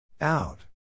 Out